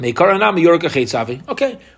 Okay